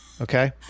okay